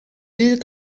deux